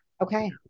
Okay